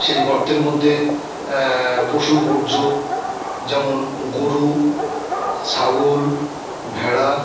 সেই গর্তের মধ্যে পশুর বর্জ্য যেমন গরু ছাগল ভেড়া